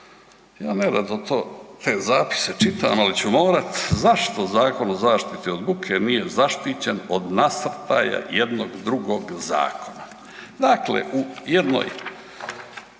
ja nerado te zapise čitam ali ću morat, zašto Zakon o zaštiti buke nije zaštićen od nasrtaja jednog drugog zakona.